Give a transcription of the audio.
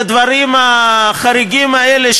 והדברים החריגים האלה,